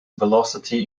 velocity